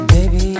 Baby